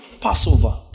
Passover